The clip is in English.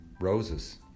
roses